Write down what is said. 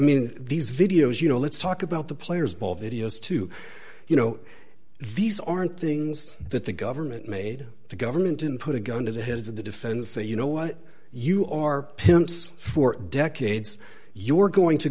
mean these videos you know let's talk about the players ball videos too you know these aren't things that the government made to government and put a gun to the heads of the defense say you know what you are pimps for decades you're going to